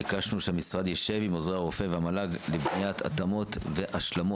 ביקשנו שהמשרד יישב עם עוזרי הרופא ועם המל"ג לבניית התאמות והשלמות.